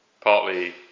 partly